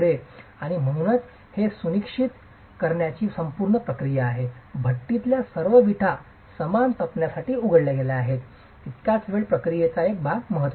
आणि म्हणूनच हे सुनिश्चित करण्याची संपूर्ण प्रक्रिया आहे की भट्टीतल्या सर्व विटा समान तापमानासाठी उघडल्या गेल्या आहेत तितकाच वेळ प्रक्रियेचा एक महत्वाचा भाग आहे